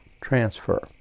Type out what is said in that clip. transfer